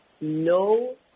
no